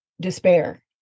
despair